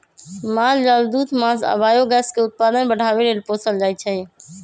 माल जाल दूध मास आ बायोगैस के उत्पादन बढ़ाबे लेल पोसल जाइ छै